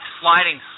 sliding